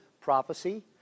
prophecy